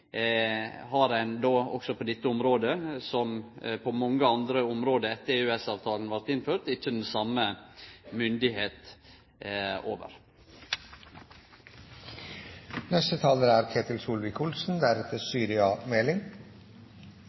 har ein på dette området – som på mange andre område etter at EØS-avtalen blei innført – ikkje den same myndigheita over. Først til det overordnede: Petroleumsbransjen er